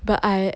but I